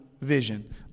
vision